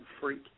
freak